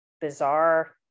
bizarre